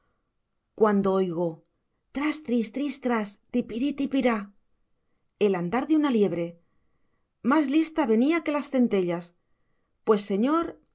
cuando oigo tras tris tras tras tipirí tipirá el andar de una liebre más lista venía que las zantellas pues señor